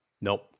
Nope